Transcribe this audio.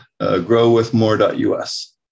growwithmore.us